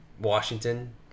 Washington